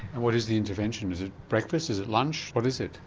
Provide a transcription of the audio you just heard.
what is the intervention, is it breakfast, is it lunch, what is it?